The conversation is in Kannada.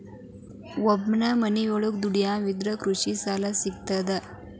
ಒಬ್ಬನೇ ಮನಿಯೊಳಗ ದುಡಿಯುವಾ ಇದ್ರ ಕೃಷಿ ಸಾಲಾ ಸಿಗ್ತದಾ?